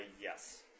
Yes